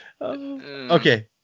Okay